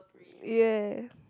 ya